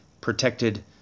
protected